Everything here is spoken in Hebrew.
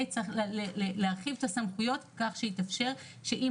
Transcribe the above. צריך להרחיב את הסמכויות כך שיתאפשר שאם